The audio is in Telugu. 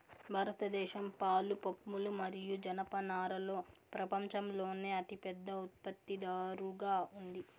భారతదేశం పాలు, పప్పులు మరియు జనపనారలో ప్రపంచంలోనే అతిపెద్ద ఉత్పత్తిదారుగా ఉంది